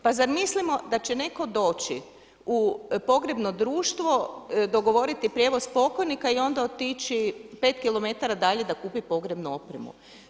Pa zar mislimo da će netko doći u pogrebno društvo dogovoriti prijevoz pokojnika i onda otići 5 km dalje da kupi pogrebnu opremu?